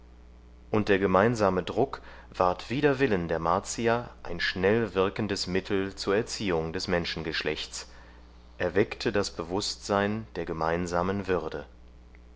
und der gemeinsame druck ward wider willen der martier ein schnell wirkendes mittel zur erziehung des menschengeschlechts er weckte das bewußtsein der gemeinsamen würde